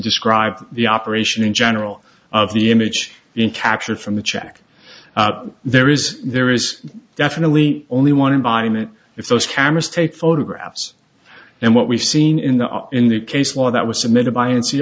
describe the operation in general of the image in capture from the check there is there is definitely only one environment if those cameras take photographs and what we've seen in the in the case law that was submitted by